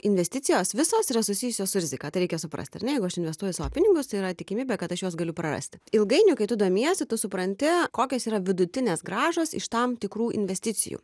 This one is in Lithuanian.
investicijos visos yra susijusios su rizika tai reikia suprasti ar ne jeigu aš investuoju savo pinigus tai yra tikimybė kad aš juos galiu prarasti ilgainiui kai tu domiesi tu supranti kokios yra vidutinės grąžos iš tam tikrų investicijų